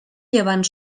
llevant